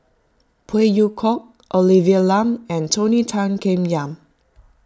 Phey Yew Kok Olivia Lum and Tony Tan Keng Yam